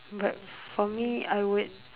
but for me I would